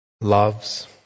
loves